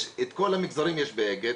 יש את כל המגזרים באגד,